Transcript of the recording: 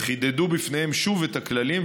וחידדו בפניהם שוב את הכללים,